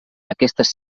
aquestes